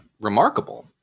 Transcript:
remarkable